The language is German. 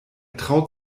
traut